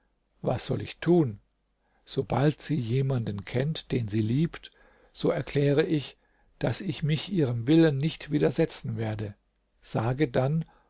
was soll ich tun sobald sie jemanden kennt den sie liebt so erkläre ich daß ich mich ihrem willen nicht widersetzen werde sage dann